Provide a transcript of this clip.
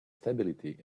stability